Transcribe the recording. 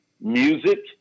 music